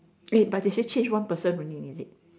eh but they say change one person only is it